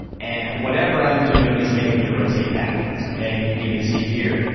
and whatever i'm doing is making it rotate backwards, okay, and you can even see here,